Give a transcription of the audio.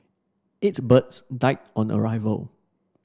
eight birds died on arrival